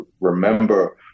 remember